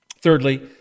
Thirdly